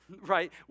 right